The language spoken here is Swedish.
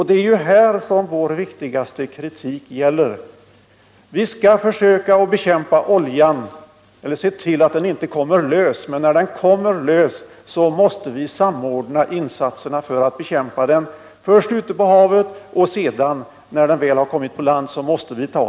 Det är detta vår viktigaste kritik gäller. Vi skall försöka se till att oljan inte kommer lös, men när den kommer lös måste vi samordna insatserna för att bekämpa den — först ute på havet och sedan på land, när den väl kommit dit.